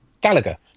Gallagher